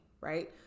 right